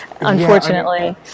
unfortunately